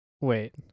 wait